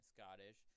Scottish